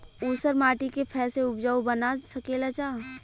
ऊसर माटी के फैसे उपजाऊ बना सकेला जा?